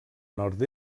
nord